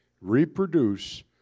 reproduce